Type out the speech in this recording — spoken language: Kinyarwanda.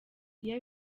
iyo